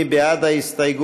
מי בעד ההסתייגות?